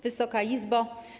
Wysoka Izbo!